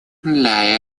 для